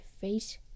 face